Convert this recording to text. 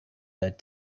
that